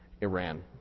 Iran